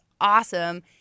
awesome